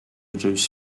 reduce